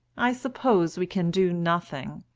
i suppose we can do nothing.